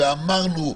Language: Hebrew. ואמרנו,